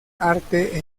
arte